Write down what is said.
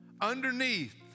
Underneath